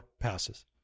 passes